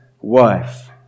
wife